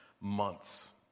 months